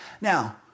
Now